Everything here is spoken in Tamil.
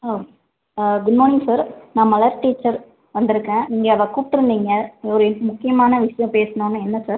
ஆ ஆ குட் மார்னிங் சார் நான் மலர் டீச்சர் வந்திருக்கேன் நீங்கள் என்னை கூப்பிட்டுருந்தீங்க ஒரு முக்கியமான விஷயம் பேசணும்னு என்ன சார்